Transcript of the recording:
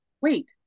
wait